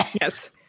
Yes